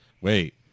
wait